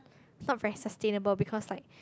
is not very sustainable because like